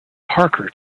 parker